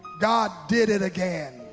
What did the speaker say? god did it again.